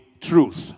truth